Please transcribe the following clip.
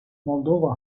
moldova